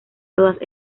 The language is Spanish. todas